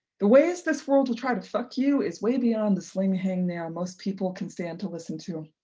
the ways this world will try to fuck you is way beyond the slim hangnail most people can stand to listen to.